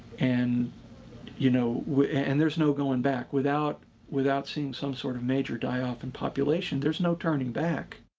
and you know and there's no going back. without without seeing some sort of major die off in population, there's no turning back.